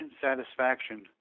satisfaction